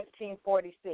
1946